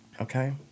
okay